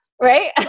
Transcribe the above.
right